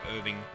Irving